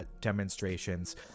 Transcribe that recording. demonstrations